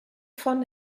von